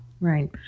Right